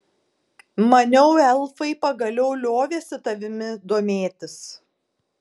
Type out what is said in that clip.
maniau elfai pagaliau liovėsi tavimi domėtis